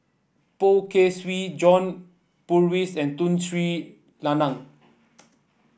Poh Kay Swee John Purvis and Tun Sri Lanang